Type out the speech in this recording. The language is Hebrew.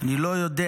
אני לא יודע